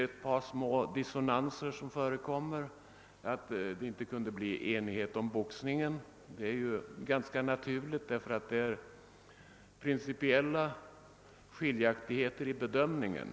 Endast små dissonanser föreligger. Att enighet inte kunde uppnås om boxningen är ganska naturligt — principiella skillnader föreligger här i fråga om bedömningen.